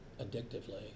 addictively